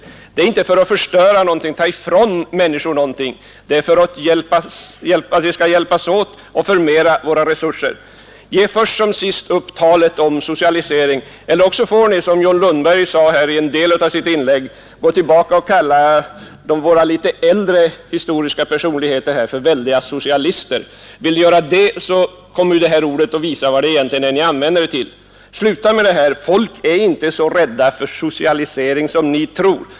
Avsikten är inte att förstöra någonting eller ta ifrån människor något, utan den är att vi skall hjälpas åt att förmera våra resurser. Ge först som sist upp talet om socialisering. Annars får ni, som John Lundberg sade i sitt inlägg, också kalla våra litet äldre historiska personligheter för socialister. Då kommer det att visa sig vad ni använder detta ord till. Folk är inte så rädda för socialisering som ni tror.